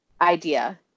idea